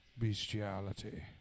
Bestiality